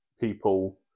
people